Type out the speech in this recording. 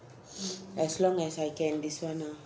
as long as I can this one ah